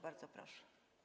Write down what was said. Bardzo proszę.